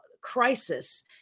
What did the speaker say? crisis